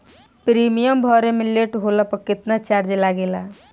Premium भरे मे late होला पर केतना चार्ज लागेला?